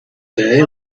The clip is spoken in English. day